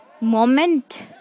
moment